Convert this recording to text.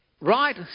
right